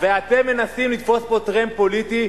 ואתם מנסים לתפוס פה טרמפ פוליטי,